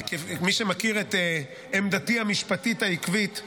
מי שמכיר את עמדתי המשפטית העקבית,